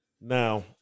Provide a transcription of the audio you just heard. Now